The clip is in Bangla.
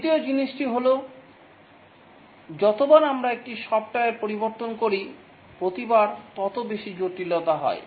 দ্বিতীয় জিনিসটি হল যতবার আমরা একটি সফ্টওয়্যার পরিবর্তন করি প্রতিবার তত বেশি জটিলতা হয়